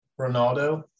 Ronaldo